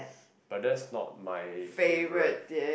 but that's not my favourite